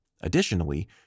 Additionally